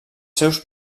seus